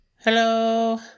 Hello